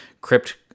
Crypt